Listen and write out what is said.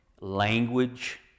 language